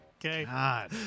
Okay